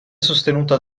sostenuta